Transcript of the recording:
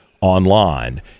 online